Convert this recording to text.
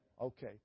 Okay